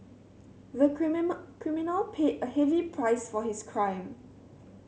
the criminal paid a heavy price for his crime